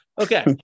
Okay